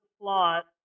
plot